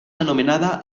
anomenada